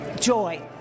joy